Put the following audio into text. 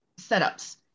setups